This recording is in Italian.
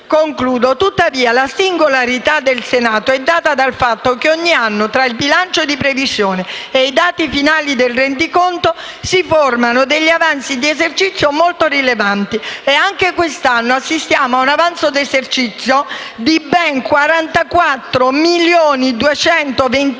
Tuttavia, la singolarità del Senato è data dal fatto che ogni anno, tra il bilancio di previsione e i dati finali del rendiconto, si formano avanzi di esercizio molto rilevanti, e anche quest'anno assistiamo a un avanzo d'esercizio di ben 44.222.684,79